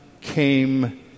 came